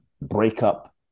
Breakup